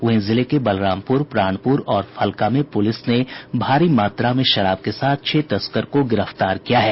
वहीं जिले के बलरामपुर प्राणपुर और फलका में पुलिस ने भारी मात्रा में देशी और विदेशी शराब के साथ छह तस्कर को गिरफ्तार किया है